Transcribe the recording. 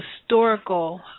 historical